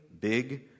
big